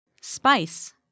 Spice